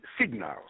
signals